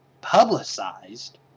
publicized